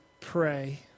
pray